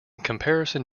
comparison